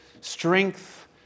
Strength